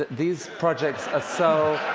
these projects are so